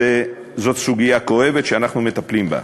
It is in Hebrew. זאת סוגיה כואבת, ואנחנו מטפלים בה.